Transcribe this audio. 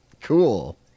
Cool